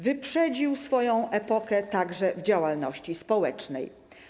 Wyprzedził swoją epokę także w działalności społecznej.